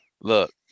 look